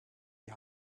die